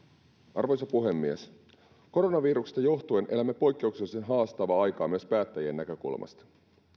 arvoisa puhemies koronaviruksesta johtuen elämme poikkeuksellisen haastavaa aikaa myös päättäjien näkökulmasta